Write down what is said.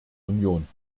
union